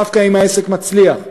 דווקא אם העסק מצליח.